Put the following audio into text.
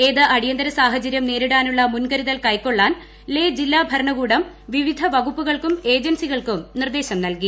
ഏത് അടിയന്തര സാഹചരൃം നേരിടാനുള്ള മുൻകരുതൽ കൈക്കൊള്ളാൻ ലേ ജില്ലാ ഭരണകൂടം വിവിധ വകുപ്പുകൾക്കും ഏജൻസികൾക്കും നിർദ്ദേശം നൽകി